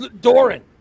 doran